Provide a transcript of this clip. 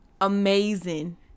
amazing